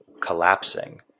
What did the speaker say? collapsing